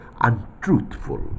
untruthful